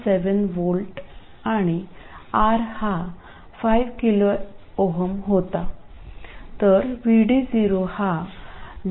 7 V आणि R हा 5 KΩ होता तर VD0 हा 0